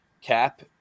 cap